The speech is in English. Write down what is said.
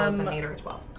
um and meter as well.